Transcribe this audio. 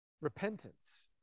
repentance